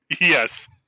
Yes